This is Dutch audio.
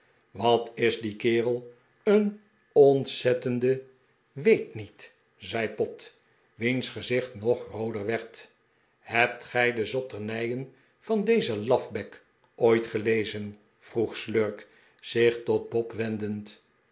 wat is die kerel een ontzettende weetniet zei pott wiens gezicht nog rooder werd hebt gij de zotternijen van dezen lafbek ooit gelezen vroeg slurk zich tot bob wendend